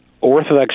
Orthodox